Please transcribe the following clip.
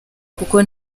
kuko